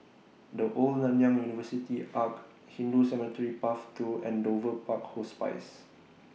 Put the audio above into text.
The Old Nanyang University Arch Hindu Cemetery Path two and Dover Park Hospice